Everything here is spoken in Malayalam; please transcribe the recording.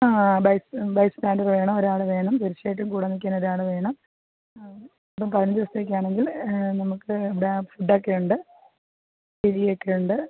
ആ ബൈ സ്റ്റാൻഡറ് വേണം ഒരാൾ വേണം തീർച്ചയായിട്ടും കൂടെ നിക്കാനൊരാൾ വേണം ആ അതും പതിനഞ്ച് ദിവസത്തേക്കാണെങ്കിൽ നമുക്ക് ഇവിടെ ഫുഡൊക്കെയുണ്ട് കിഴിയൊക്കെയുണ്ട്